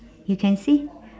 you can see